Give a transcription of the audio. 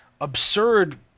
absurd